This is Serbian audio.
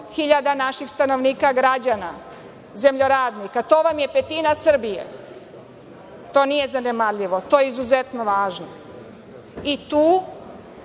naših stanovnika, građana, zemljoradnika. To vam je petina Srbije. To nije zanemarljivo, to je izuzetno važno, i tu